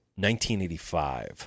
1985